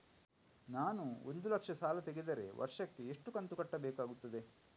ನಾನು ಒಂದು ಲಕ್ಷ ಸಾಲ ತೆಗೆದರೆ ವರ್ಷಕ್ಕೆ ಎಷ್ಟು ಕಂತು ಕಟ್ಟಬೇಕಾಗುತ್ತದೆ?